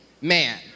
man